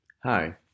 Hi